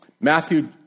Matthew